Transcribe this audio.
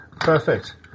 Perfect